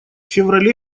феврале